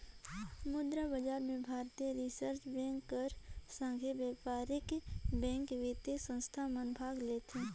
मुद्रा बजार में भारतीय रिजर्व बेंक कर संघे बयपारिक बेंक, बित्तीय संस्था मन भाग लेथें